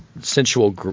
sensual